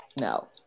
no